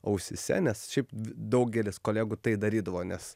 ausyse nes šiaip v daugelis kolegų tai darydavo nes